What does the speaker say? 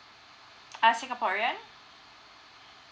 uh singaporean